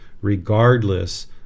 regardless